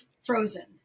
frozen